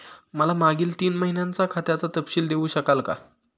मला मागील तीन महिन्यांचा खात्याचा तपशील देऊ शकाल का?